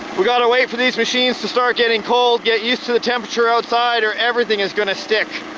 we gotta wait for these machines to start getting cold, get used to the temperature outside or everything is gonna stick.